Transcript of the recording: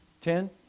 Ten